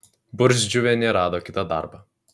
burzdžiuvienė rado kitą darbą